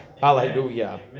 Hallelujah